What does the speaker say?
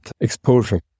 exposure